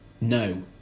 No